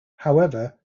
however